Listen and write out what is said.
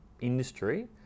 industry